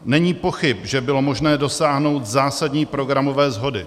Není pochyb, že bylo možné dosáhnout zásadní programové shody.